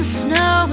snow